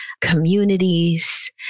communities